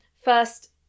first